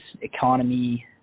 economy